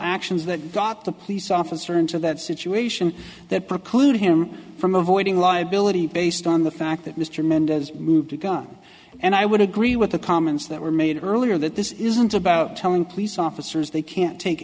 actions that got the police officer into that situation that preclude him from avoiding liability based on the fact that mr mendez moved a gun and i would agree with the comments that were made earlier that this isn't about telling police officers they can't take